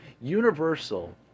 Universal